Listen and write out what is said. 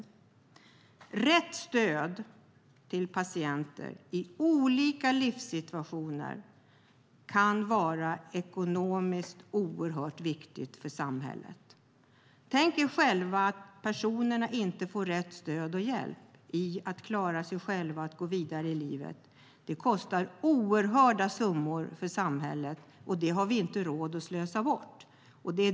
Att ge rätt stöd till patienter i olika livssituationer är ekonomiskt viktigt för samhället. Om personer inte får stöd och hjälp att klara sig själva och gå vidare i livet kostar det oerhörda summor för samhället, och det har vi inte råd med.